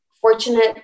fortunate